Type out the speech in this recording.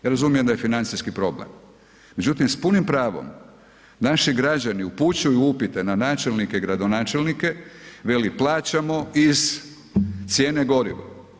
Ja razumijem da je financijski problem, međutim s punim pravom naši građani upućuju upite na načelnike i gradonačelnike, veli plaćamo iz cijene goriva.